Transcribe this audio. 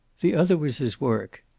the other was his work.